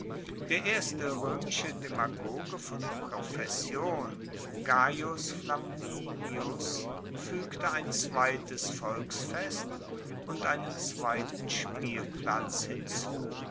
der erste roemische demagoge von profession gaius flaminius fuegte ein zweites volksfest und einen zweiten spielplatz hinzu